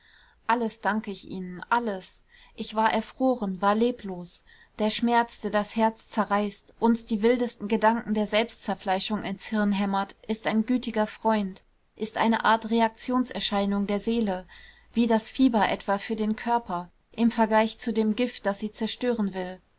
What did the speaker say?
alles danke ich ihnen alles ich war erfroren war leblos der schmerz der das herz zerreißt uns die wildesten gedanken der selbstzerfleischung ins hirn hämmert ist ein gütiger freund ist eine art reaktionserscheinung der seele wie das fieber etwa für den körper im vergleich zu dem gift das sie zerstören will